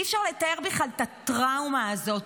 אי-אפשר לתאר בכלל את הטראומה הזאת,